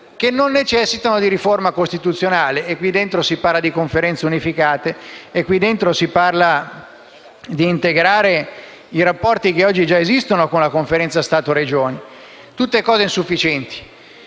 che non necessitano di una riforma costituzionale. In essa si parla di Conferenze unificate e di integrare i rapporti che oggi già esistono con la Conferenza Stato-Regioni: tutte misure insufficienti.